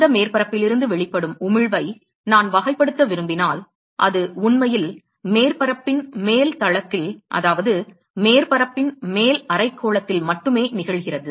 அந்த மேற்பரப்பிலிருந்து வெளிப்படும் உமிழ்வை நான் வகைப்படுத்த விரும்பினால் அது உண்மையில் மேற்பரப்பின் மேல் தளத்தில் அதாவது மேற்பரப்பின் மேல் அரைக்கோளத்தில் மட்டுமே நிகழ்கிறது